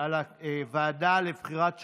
הוועדה לבחירת שוטרים,